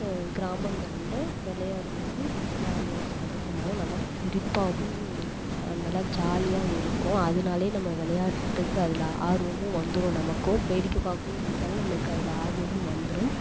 கிராமங்களில் விளையாடும் போது ஜாலியாகவும் சந்தோஷமாகவும் நல்லா சிரிப்பாகவும் நல்லா ஜாலியாக இருக்கும் அதுனாலயே நம்ம விளையாடுறதுக்கு அதில் ஆர்வமும் வந்துவிடும் நமக்கும் வேடிக்கை பார்க்குணுன்னு நினச்சாலும் நமக்கு அதில் ஆர்வமும் வந்துவிடும்